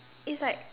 it's like